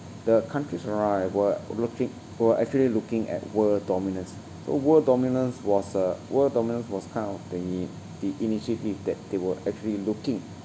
the countries were looking were actually looking at world dominance so world dominance was a world dominance was kind of the the initiative that they were actually looking